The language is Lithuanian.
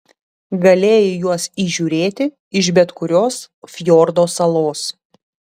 galėjai juos įžiūrėti iš bet kurios fjordo salos